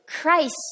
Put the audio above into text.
Christ